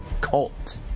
cult